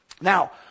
Now